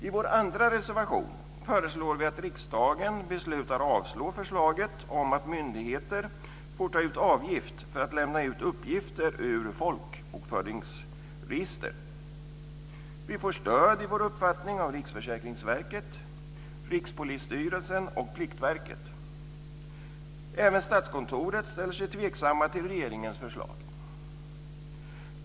I vår andra reservation föreslår vi att riksdagen beslutar avslå förslaget om att myndigheter får ta ut avgift för att lämna ut uppgifter ur folkbokföringsregister. Vi får stöd för vår uppfattning av Riksförsäkringsverket, Rikspolisstyrelsen och Pliktverket. Även Statskontoret ställer sig tveksamt till regeringens förslag.